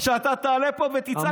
שאתה תעלה פה ותצעק כל הזמן.